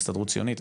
ההסתדרות הציונית,